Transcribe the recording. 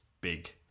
big